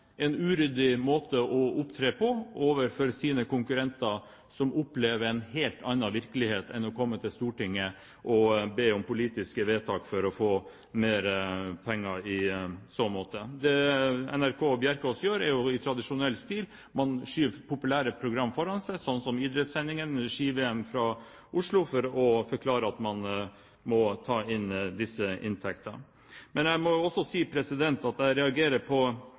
en uryddig måte å opptre på overfor konkurrentene, som opplever en helt annen virkelighet enn å kunne komme til Stortinget og be om politiske vedtak for å få mer penger. Det NRK og Bjerkaas gjør, er i tradisjonell stil å skyve populære programmer foran seg, slik som idrettssendingene fra Ski-VM i Oslo, som forklaring på at man må ta inn disse inntektene. Jeg må også si at jeg reagerer på